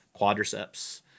quadriceps